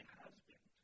husband